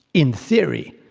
in theory.